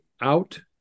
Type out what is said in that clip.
out